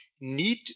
need